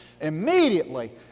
immediately